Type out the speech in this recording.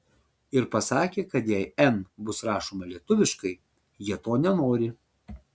ir pasakė kad jei n bus rašoma lietuviškai jie to nenori